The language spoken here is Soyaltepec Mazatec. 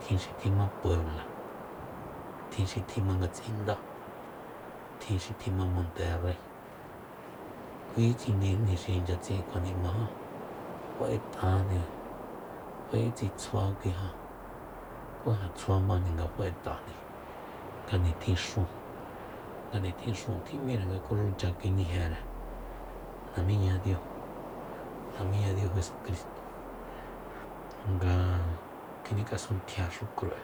Tjin xi tjima puebla tjin xi tjima ngatsinda tji xi tjima monterre kui kjindijni xi icha tsi'in kjuanima ján fae'tajni faetsitjua kui ja ku ja tsjuamajni nga fa'et'ajni nga nitjin xun nga nitjin xun tjim¿íre nga kuxucha kinijera namiñadiu namiñadiujesucristo nga kinik'asuntjiaxu cru'e